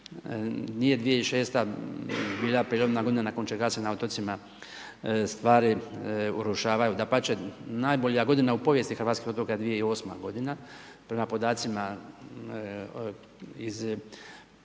Nije 2006. bila prijelomna godina nakon čega se na otocima stvari urušavaju. Dapače, najbolja godina u povijesti hrvatskih otoka je 2008. godina prema podacima iz očitovanja